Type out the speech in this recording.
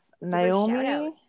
Naomi